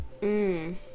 Mmm